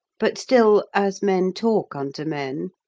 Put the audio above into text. but still, as men talk unto men,